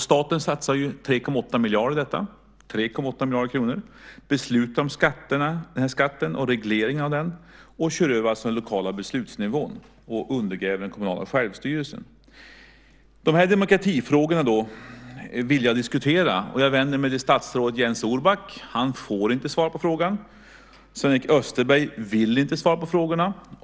Staten satsar 3,8 miljarder kronor i detta, fattar beslut om skatten och regleringen av den, kör över den lokala beslutsnivån och undergräver den kommunala självstyrelsen. Dessa demokratifrågor vill jag diskutera. Jag vänder mig till statsrådet Jens Orback. Han får inte svara på frågan. Sven-Erik Österberg vill inte svara på frågorna.